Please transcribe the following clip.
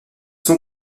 sont